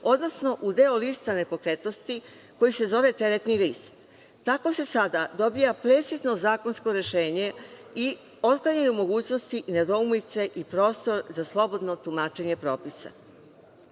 odnosno u deo lista nepokretnosti koji se zove teretni list. Tako se sada dobija precizno zakonsko rešenje i otklanjaju mogućnost, nedoumice i prostor za slobodno tumačenje propisa. Dobro